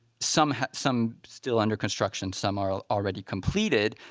some some still under construction, some are already completed,